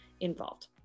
involved